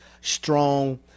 strong